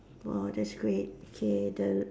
!wah! that's great K the